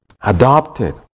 Adopted